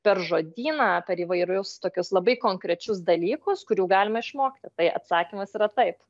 per žodyną per įvairius tokius labai konkrečius dalykus kurių galime išmokti tai atsakymas yra taip